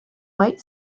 white